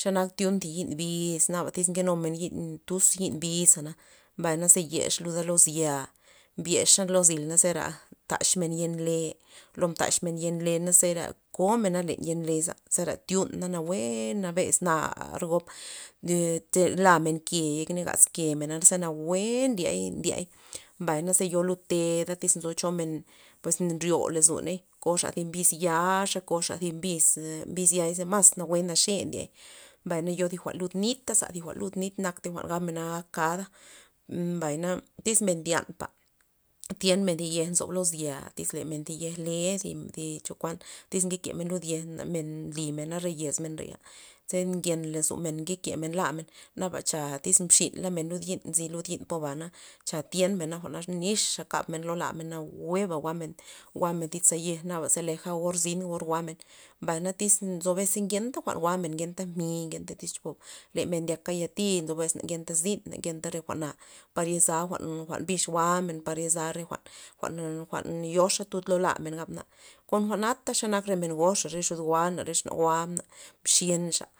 xenak thiun thi yi'n biz tyz naba nkenumen yi'n tuz yi'n bizana, mbay ze yexluda lo zi'a, mbyexa lo zil zera taxmen yen le lo mdaxmen yen le zera komena len yen leza zera tyuna nawue nabez nar gob ze lamen ke gaz kemena za nawue ndiay- ndiay nawue mbay naze yo lud teda tyz cho men pues nryo lozoney koxa thi bis yaxa koxa thi bis ya za mas nawue naxe ndiey, mbay yo jwa'n lut nita thi jwa'n lud nit nakta gabmen ak kada, mbayna tyz men ndyanpa tyenmen thi yej nzob lo zi'a tyz thi yej le thi chokuan iz ke kemen lid yej men nlymen na yez mera ze ngen lozomen nke kemen lamen na cha mxin lamen lud yi'n lud yi'n po bana cha tyenmena jwa'na nixmen kabmena nawueba jwa'men thi za yej naba ze leja or zin or jwa'men mbay tyz nzo bes za ngenta jwa'n jwa'men ngenta mi' ngenta lemen ndyaka yati nzo bes na ngenta zin na ngenta re jwa'na par ye za jwa'n bix jwa'men yeza re jwa'n- jwa'n- jwa'n yoxa tud lo lamen gabmen na kuan jwa'na xe nak re men goxa re xud goamen re exna goamen mxinxa'.